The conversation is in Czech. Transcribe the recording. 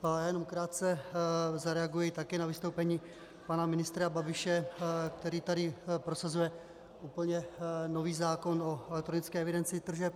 Já jenom krátce zareaguji také na vystoupení pana ministra Babiše, který tady prosazuje úplně nový zákon o elektronické evidenci tržeb.